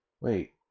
wait